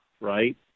right